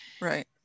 right